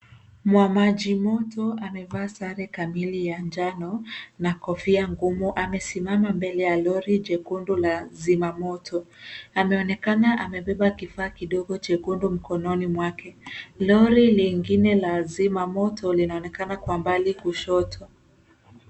Mwa maji moto amevaa sare kamili ya njano na kofia ngumu. Amesimama mbele ya lori jekundu la zima moto. Ameonekana amebeba kifaa kidogo chekundu mkononi mwake. Lori lingine la zimamoto linaonekana kwa mbali, kushoto.